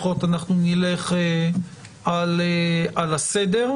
לפקח על הגנת המידע במאגרי מידע לפי הוראות חוק זה,"